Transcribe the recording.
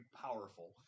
powerful